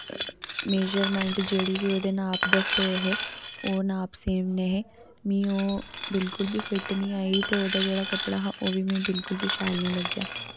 measurement जेह्ड़े वी उ'दे नाप दस्से दे हे ओह् नाप सेम ने हे मिगी ओह् बिलकुल बी फिट निं आई ते उ'दा जेह्ड़ा कपड़ा हा ओह् वी मिगी बिलकुल वी शैल निं लग्गेया